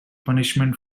punishment